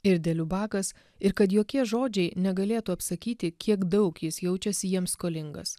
ir deliu bakas ir kad jokie žodžiai negalėtų apsakyti kiek daug jis jaučiasi jiems skolingas